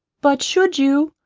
but should you,